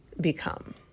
become